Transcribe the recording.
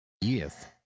yes